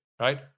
right